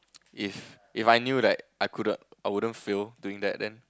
if If I knew like I couldn't I wouldn't fail doing that then